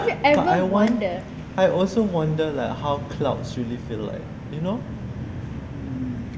but I want I also wonder like how clouds really feel like you know